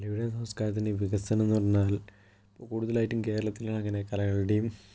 കലയുടേയും സംസകാരത്തിൻ്റേയും വികസനം എന്ന് പറഞ്ഞാൽ ഇപ്പോൾ കൂടുതലായിട്ടും കേരളത്തിലാണ് ഇങ്ങനെ കലകളുടെയും